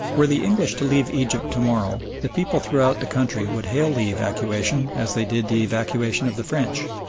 were the english to leave egypt to-morrow the people throughout the country would hail the evacuation as they did the evacuation of the french,